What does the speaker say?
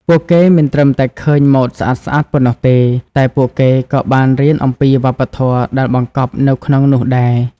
ពួកគេមិនត្រឹមតែឃើញម៉ូដស្អាតៗប៉ុណ្ណោះទេ តែពួកគេក៏បានរៀនអំពីវប្បធម៌ដែលបង្កប់នៅក្នុងនោះដែរ។